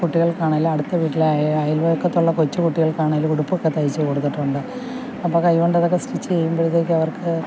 കുട്ടികള്ക്കാണെങ്കിലും അടുത്ത വീട്ടിലെ അയല്വക്കത്തുള്ള കൊച്ചു കുട്ടികള്ക്ക് ആണെങ്കിലും ഉടുപ്പൊക്കെ തയ്ച്ചു കൊടുത്തിട്ടുണ്ട് അപ്പോൾ കൈ കൊണ്ട് അതൊക്കെ സ്റ്റിച്ച് ചെയ്യുമ്പോഴത്തേക്കും അവര്ക്ക്